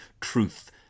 truth